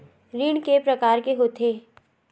ऋण के प्रकार के होथे?